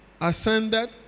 ascended